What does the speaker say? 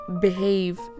behave